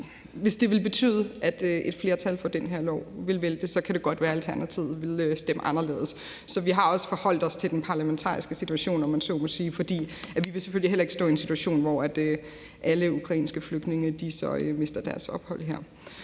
hvis det ville betyde, at et flertal for den her lov ville vælte, kan det godt være, Alternativet ville stemme anderledes. Så vi har også forholdt os til den parlamentariske situation, om man så må sige, fordi vi selvfølgelig heller ikke vil stå i en situation, hvor alle ukrainske flygtninge mister deres ophold her.